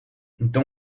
então